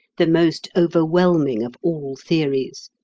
the most overwhelming of all theories!